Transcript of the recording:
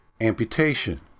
Amputation